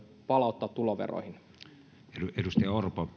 palauttaa tuloveroihin